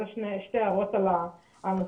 אז זה שתי ההערות על המצב,